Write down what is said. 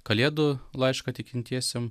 kalėdų laišką tikintiesiem